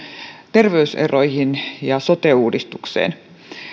terveyseroihin ja sote uudistukseen